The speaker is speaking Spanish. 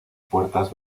puertas